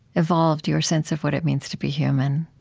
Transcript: evolved your sense of what it means to be human,